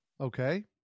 Okay